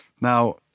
Now